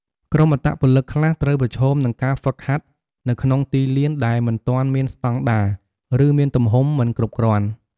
ក្រុមអត្តពលិកខ្លះត្រូវប្រឈមនឹងការហ្វឹកហាត់នៅក្នុងទីលានដែលមិនទាន់មានស្តង់ដារ ឬមានទំហំមិនគ្រប់គ្រាន់។